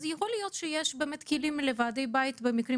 יכול להיות שיש כלים לוועדי בית במקרים